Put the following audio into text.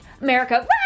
America